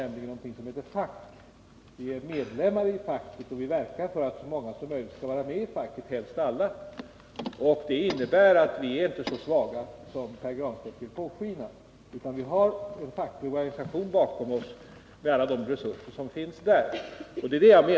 Vi är medlemmar i facket och vi verkar för att så många som möjligt skall vara med i det, helst alla. Det innebär att vi inte är så ensamma som Pär Granstedt vill låta påskina. Vi har en facklig organisation bakom oss med alla de resurser som finns där.